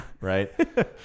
Right